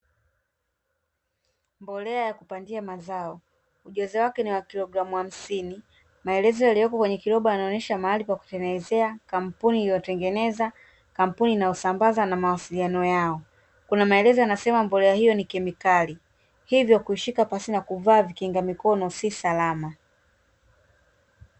Mbolea ya kupandia mazao, ujazo wake ni wa kilogramu hamsini. Maelezo yaliyoko kwenye kiroba yanaonyesha mahali pa kutengenezea, kampuni iliyotengeneza, kampuni inayosambaza na mawasiliano yao. Kuna maelezo yanasema mbolea hiyo ni kemikali, hivyo kuishika pasipo kuvaa vikinga mikono si salama.